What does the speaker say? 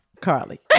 Carly